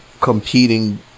competing